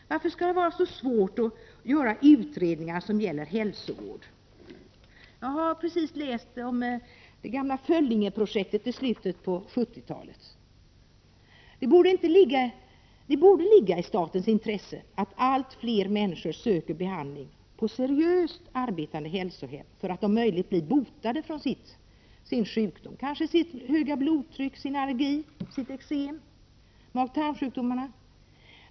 Varför skall det vara så svårt att få till stånd utredningar när det gäller hälsovård? Jag har just läst om det gamla Föllingeprojektet som bedrevs i slutet av 70-talet. Det borde ligga i statens intresse att allt fler människor söker behandling på seriöst arbetande hälsohem för att om möjligt bli botade från sina sjukdomar. Det kan röra sig om högt blodtryck, allergi, eksem eller magoch tarmsjukdomar.